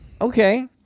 Okay